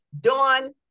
Dawn